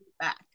back